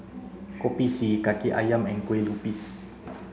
Kopi C Kaki Ayam and Kueh Lupis